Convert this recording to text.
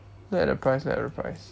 look at the price look at the price